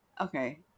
okay